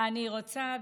אני רוצה,